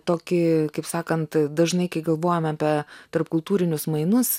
tokį kaip sakant dažnai kai galvojame ape tarpkultūrinius mainus